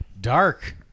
dark